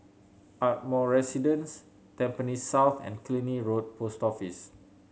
Ardmore Residence Tampines South and Killiney Road Post Office